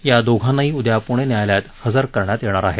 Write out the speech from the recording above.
या दोघांनाही उद्या पुणे न्यायालयात हजर करण्यात येणार आहे